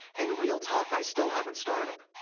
and real talk, i still haven't started.